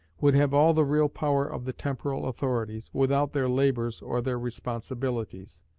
would have all the real power of the temporal authorities, without their labours or their responsibilities.